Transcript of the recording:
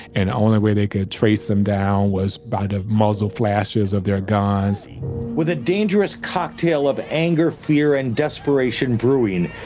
and the only way they could trace them down was by the muzzle flashes of their guns with a dangerous cocktail of anger, fear, and desperation brewing,